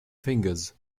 fingers